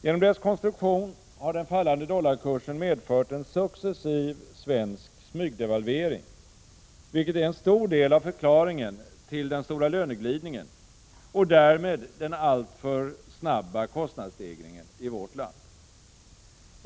Genom dess konstruktion har den fallande dollarkursen medfört en successiv svensk smygdevalvering, vilket är en stor del av förklaringen till den stora löneglidningen och därmed den alltför snabba kostnadsstegringen i vårt land.